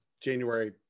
January